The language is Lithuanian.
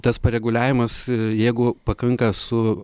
tas pareguliavimas jeigu pakanka su